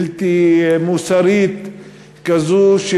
בלתי מוסרית כזו,